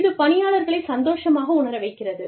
இது பணியாளர்களைச் சந்தோஷமாக உணர வைக்கிறது